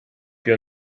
più